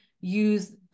use